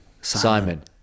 Simon